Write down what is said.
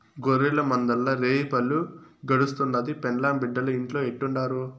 గొర్రెల మందల్ల రేయిపగులు గడుస్తుండాది, పెండ్లాం బిడ్డలు ఇంట్లో ఎట్టుండారో